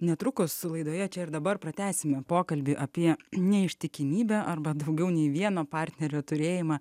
netrukus laidoje čia ir dabar pratęsime pokalbį apie neištikimybę arba daugiau nei vieno partnerio turėjimą